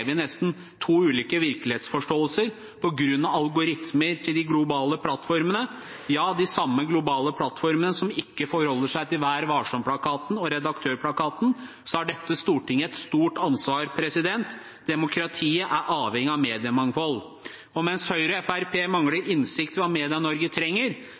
i nesten to ulike virkelighetsforståelser på grunn av algoritmer til de globale plattformene, ja, de samme globale plattformene som ikke forholder seg til Vær Varsom-plakaten og Redaktørplakaten – så har dette stortinget et stort ansvar. Demokratiet er avhengig av mediemangfold. Mens Høyre og Fremskrittspartiet mangler innsikt i hva Medie-Norge trenger,